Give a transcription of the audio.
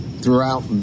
throughout